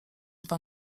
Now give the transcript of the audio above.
dwa